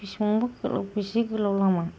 बेसेबांबा बेसे गोलाव लामा